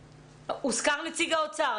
בבקשה.